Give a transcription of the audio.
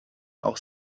auch